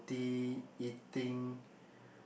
eating